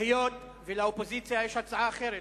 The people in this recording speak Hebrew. היות שלאופוזיציה יש הצעה אחרת,